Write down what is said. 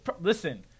Listen